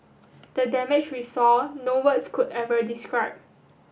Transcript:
the damage we saw no words could ever describe